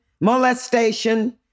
molestation